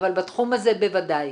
אבל בתחום הזה בוודאי.